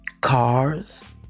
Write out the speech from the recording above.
Cars